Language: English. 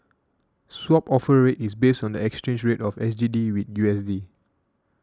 Swap Offer Rate is based on the exchange rate of S G D with U S D